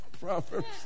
Proverbs